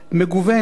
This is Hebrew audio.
מגוונת,